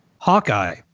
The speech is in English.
Hawkeye